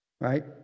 Right